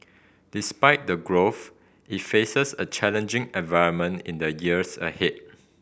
despite the growth it faces a challenging environment in the years ahead